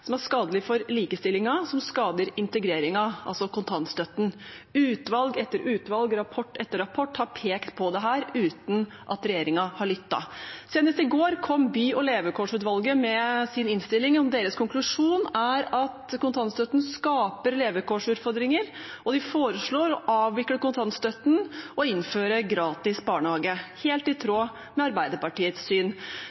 som er skadelig for likestillingen, og som skader integreringen, altså kontantstøtten. Utvalg etter utvalg, rapport etter rapport, har pekt på dette uten at regjeringen har lyttet. Senest i går kom by- og levekårsutvalget med sin innstilling, og deres konklusjon er at kontantstøtten skaper levekårsutfordringer, og de foreslår å avvikle kontantstøtten og innføre gratis barnehage, helt i